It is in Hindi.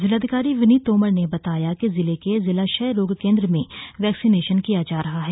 जिलाधिकारी विनीत तोमर ने बताया कि जिले के जिला क्षय रोग केंद्र में वैक्सिनेश किया जा रहा है